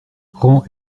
prends